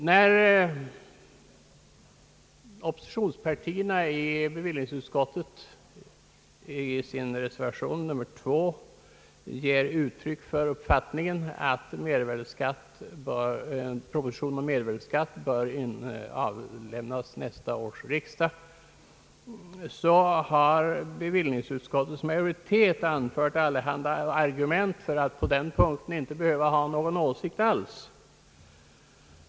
När oppositionspartiernas representanter i bevillningsutskottet i sin reservation nr II ger uttryck för uppfattningen att en proposition om mervärdeskatt bör avlämnas till nästa års riksdag, har bevillningsutskottets majoritet anfört allehanda argument för att på den punkten inte behöva ha någon åsikt alls.